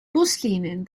buslinien